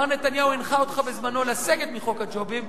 מר נתניהו הנחה אותך בזמנו לסגת מחוק הג'ובים,